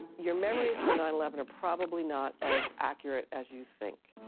your memories for nine eleven are probably not as accurate as you think.